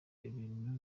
ibintu